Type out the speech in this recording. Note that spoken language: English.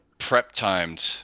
prep-timed